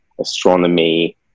astronomy